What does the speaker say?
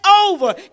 over